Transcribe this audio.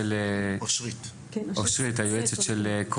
היועצת שלו,